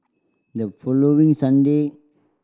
the following Sunday